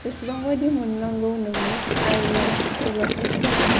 जेसेबां बायदि मोननांगौ नोंनि आयआ अब्लाबो फैगोन